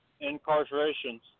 incarceration's